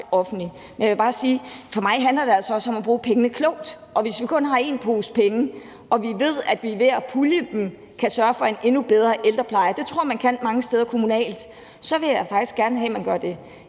offentligt. Men jeg vil bare sige, at for mig handler det altså også om at bruge pengene klogt, og hvis vi kun har én pose penge og vi ved, at vi ved at pulje pengene kan sørge for en endnu bedre ældrepleje – det tror jeg at man kan mange steder kommunalt – så vil jeg faktisk gerne have, at man gør det.